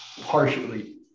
partially